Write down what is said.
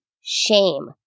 shame